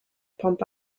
pump